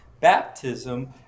baptism